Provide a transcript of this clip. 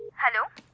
hello,